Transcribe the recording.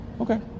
okay